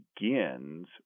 begins